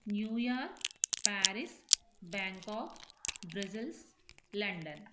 New York Paris Bangkok Brussels London